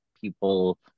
people